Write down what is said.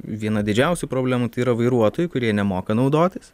viena didžiausių problemų tai yra vairuotojai kurie nemoka naudotis